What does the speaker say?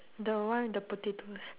the one the potatoes